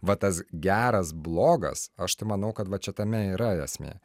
va tas geras blogas aš tai manau kad va čia tame ir yra esmė